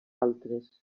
altres